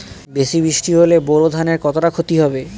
বেশি বৃষ্টি হলে বোরো ধানের কতটা খতি হবে?